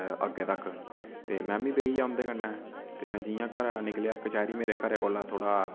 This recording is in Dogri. अग्गें तक ते में मी बेही गेआ उंदे कन्नै ते में जियां घरा दा निकलेआ कचैह्री मेरे घरै कोला थोह्ड़ा